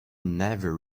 never